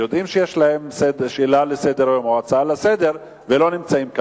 שיש להם שאילתא או הצעה לסדר-היום ולא נמצאים כאן.